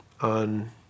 on